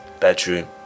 bedroom